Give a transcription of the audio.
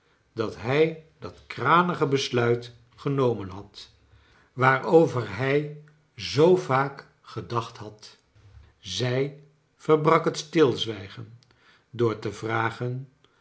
dat hij dat kranige besluit genomen had waarover hij zoo vaak gedacht had zij verbrak het stilzwijgen door te vragen